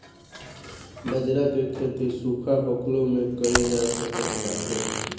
बजरा के खेती सुखा होखलो में कइल जा सकत बाटे